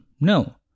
No